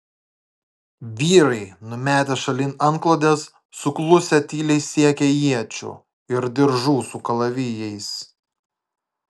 vyrai numetę šalin antklodes suklusę tyliai siekė iečių ir diržų su kalavijais